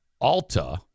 Alta